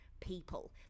people